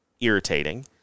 irritating